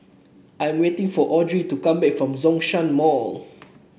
I'm waiting for Audrey to come back from Zhongshan Mall